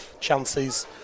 chances